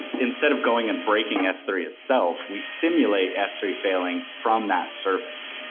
instead of going and breaking s three itself, we simulate s three failing from that service.